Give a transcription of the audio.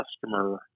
customer